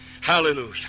Hallelujah